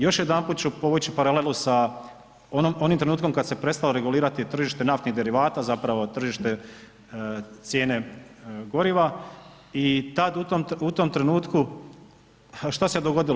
Još jedanput ću povući paralelu sa onim trenutkom kad se prestalo regulirati tržište naftnih derivata zapravo tržište cijene goriva i tad u tom trenutku, ha šta se dogodilo?